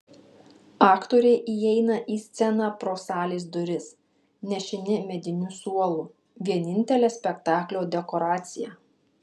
aktoriai įeina į sceną pro salės duris nešini mediniu suolu vienintele spektaklio dekoracija